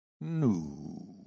No